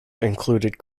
included